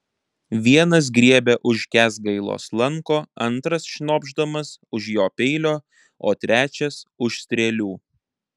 vienas griebia už kęsgailos lanko antras šnopšdamas už jo peilio o trečias už strėlių